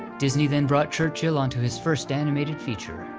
disney then brought churchill on to his first animated feature,